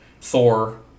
Thor